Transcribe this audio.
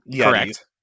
Correct